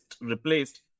replaced